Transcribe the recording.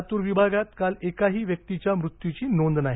लातूर विभागात काल एकाही व्यक्तीच्या मृत्यूची नोंद नाही